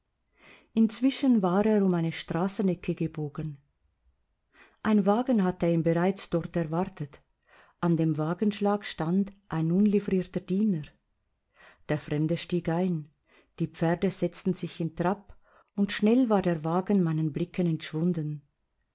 inzwischen war er um eine straßenecke gebogen ein wagen hatte ihn bereits dort erwartet an dem wagenschlag stand ein unlivrierter diener der fremde stieg ein die pferde setzten sich in trab und schnell war der wagen meinen blicken entschwunden